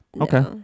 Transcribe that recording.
Okay